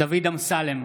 דוד אמסלם,